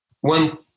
One